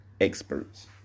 experts